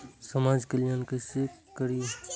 समाज कल्याण केसे करी?